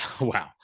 wow